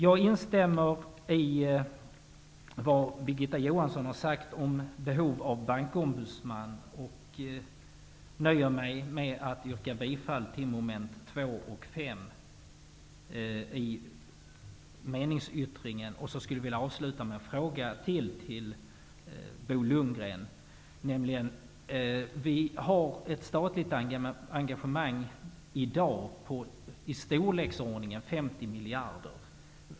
Jag instämmer i vad Birgitta Johansson har sagt om behovet av en bankombudsman och nöjer mig med att yrka bifall till vår meningsyttring avseende mom.2 och 5. Jag vill avsluta med en fråga till Bo Lundgren. Vi har ett statligt engagemang i dag på i storleksordningen 50 miljarder.